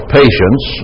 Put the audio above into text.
patience